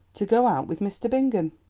to go out with mr. bingham.